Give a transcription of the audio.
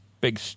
big